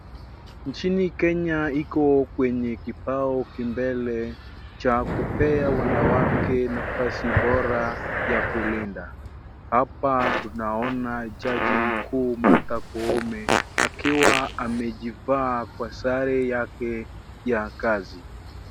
Nchini Kenya iko kwenye kipao kimbele cha kupea wanawake nafasi bora ya kulinda. Hapa tunaona jaji mkuu Martha Koome akiwa amejivaa kwa sare yake ya kazi.